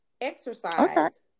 exercise